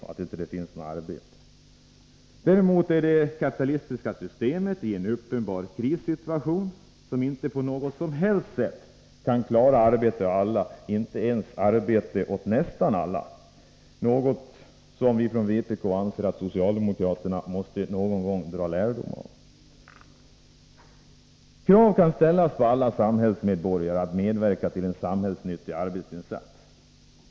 Däremot befinner sig det kapitalistiska systemet i en uppenbar krissituation, och kan inte på något som helst sätt klara arbete åt alla — inte ens arbete åt nästan alla. Detta anser vi från vpk att socialdemokraterna någon gång måste dra lärdom av. Krav kan ställas på alla samhällsmedborgare att de skall medverka i en samhällsnyttig arbetsinsats.